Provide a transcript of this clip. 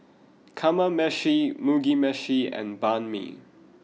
Kamameshi Mugi meshi and Banh Mi